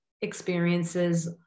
experiences